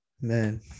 Man